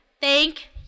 thank